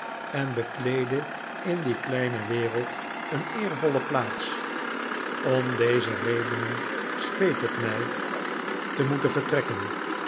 en bekleedde in die kleine wefeld een eervolle plaats om deze redenen speet het mij te moeten vertrekken